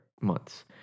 months